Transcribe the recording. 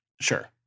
Sure